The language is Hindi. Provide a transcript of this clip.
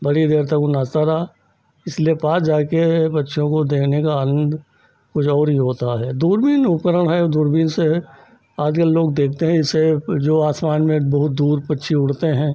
बड़ी देर तक वह नाचता रहा इसलिए पास जाकर पक्षियों को देखने का आनन्द कुछ और ही होता है दूरबीन उपकरण है दूरबीन से आजकल लोग देखते हैं इससे जो आसमान में बहुत दूर पक्षी उड़ते हैं